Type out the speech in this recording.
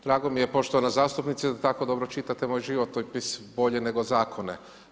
Drago mi je poštovana zastupnice da tako dobro čitate moj životopis, bolje nego zakone.